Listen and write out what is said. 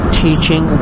teaching